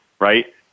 Right